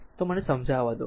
તો મને આ સમજાવા દો બરાબર